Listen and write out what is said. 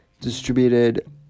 distributed